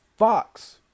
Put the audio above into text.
Fox